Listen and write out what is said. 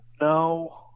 no